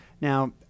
Now